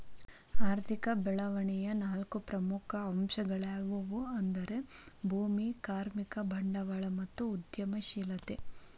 ಆರ್ಥಿಕ ಬೆಳವಣಿಗೆಯ ನಾಲ್ಕು ಪ್ರಮುಖ ಅಂಶಗಳ್ಯಾವು ಅಂದ್ರ ಭೂಮಿ, ಕಾರ್ಮಿಕ, ಬಂಡವಾಳ ಮತ್ತು ಉದ್ಯಮಶೇಲತೆ